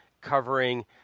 covering